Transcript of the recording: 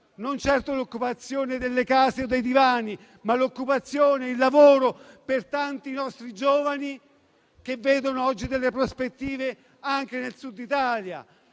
non certo quella delle case o dei divani, ma intesa come lavoro per tanti nostri giovani, che vedono oggi delle prospettive anche nel Sud Italia,